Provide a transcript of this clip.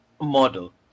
model